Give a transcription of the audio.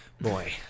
boy